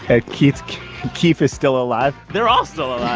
ah keith keith is still alive? they're all still alive,